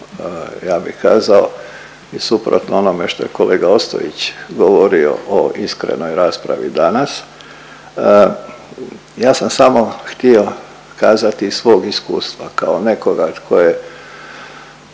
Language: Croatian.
ja bih kazao u suprotno onome što je kolega Ostojić govorio o iskrenoj raspravi danas. Ja sam samo htio kazati iz svog iskustva kao nekoga tko je